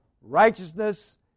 Righteousness